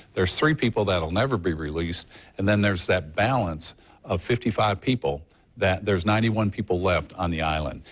three people that will never be released and then there's that balance of fifty five people that there's ninety one people left on the island.